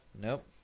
nope